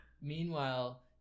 meanwhile